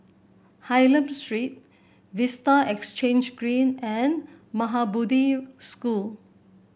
Hylam Street Vista Exhange Green and Maha Bodhi School